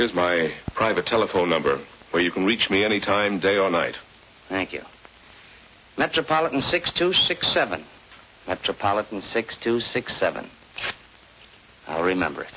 here's my private telephone number where you can reach me any time day or night thank you metropolitan six to six seven to politan six to six seven i remember